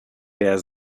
der